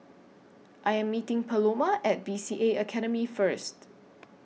I Am meeting Paloma At B C A Academy First